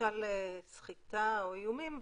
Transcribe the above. למשל סחיטה או איומים,